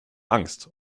angst